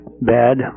bad